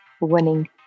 winning